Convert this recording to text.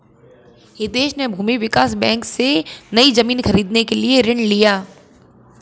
हितेश ने भूमि विकास बैंक से, नई जमीन खरीदने के लिए ऋण लिया